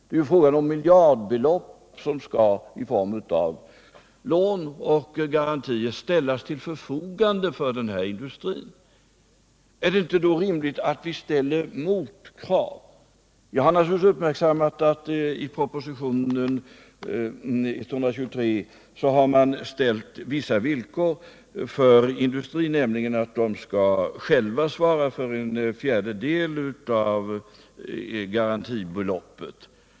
Det är ju fråga om miljardbelopp, som i form av lån och garantier skall ställas till förfogande för denna industri. Är det då inte rimligt att ställa motkrav? Jag har naturligtvis observerat att regeringen i propositionen 123 har ställt vissa villkor för industrin, nämligen att företagen själva skall svara för en fjärdedel av garantibeloppet.